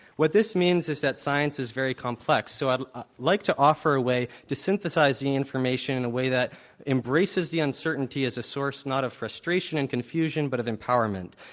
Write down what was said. what this means is that science is very complex, so i'd like to offer a way to synthesize the information in a way that embraces the uncertainty as a source not of frustration and confusion but of empowerment.